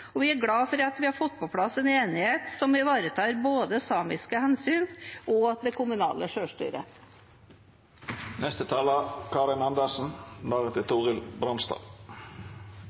og vi er glad for at vi har fått på plass en enighet som ivaretar både samiske hensyn og det kommunale